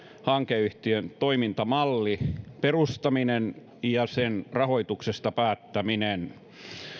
hankeyhtiön toimintamallin perustaminen ja sen rahoituksesta päättäminen